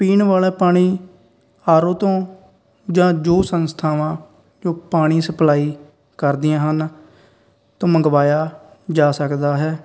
ਪੀਣ ਵਾਲਾ ਪਾਣੀ ਆਰ ਓ ਤੋਂ ਜਾਂ ਜੋ ਸੰਸਥਾਵਾਂ ਜੋ ਪਾਣੀ ਸਪਲਾਈ ਕਰਦੀਆਂ ਹਨ ਤੋਂ ਮੰਗਵਾਇਆ ਜਾ ਸਕਦਾ ਹੈ